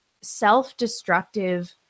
self-destructive